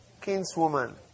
kinswoman